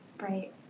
Right